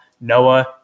Noah